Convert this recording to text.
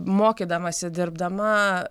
mokydamasi dirbdama